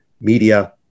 media